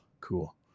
cool